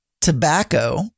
tobacco